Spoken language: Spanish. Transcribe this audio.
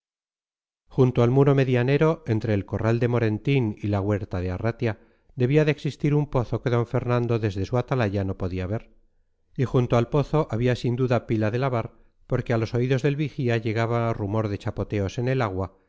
junto al muro medianero entre el corral de morentín y la huerta de arratia debía de existir un pozo que d fernando desde su atalaya no podía ver y junto al pozo había sin duda pila de lavar porque a los oídos del vigía llegaba rumor de chapoteos en el agua